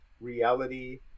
reality